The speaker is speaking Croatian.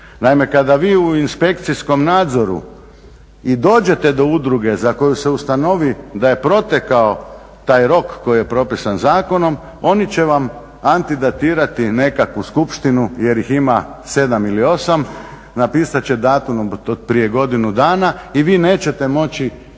kada vi u inspekcijskog nadzoru i dođete do udruge za koju se ustanovi da je protekao taj rok koji je propisan zakonom oni će vam antidatirati nekakvu skupštinu jer ih ima 7 ili 8, napisat će datum od prije godinu dana i vi nećete moći